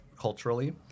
culturally